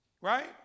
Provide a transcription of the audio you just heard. right